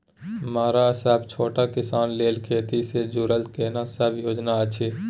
मरा सब छोट किसान लेल खेती से जुरल केना सब योजना अछि?